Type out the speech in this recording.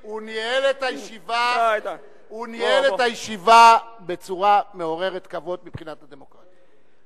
הוא ניהל את הישיבה בצורה מעוררת כבוד מבחינת הדמוקרטיה.